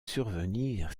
survenir